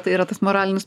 tai yra tas moralinis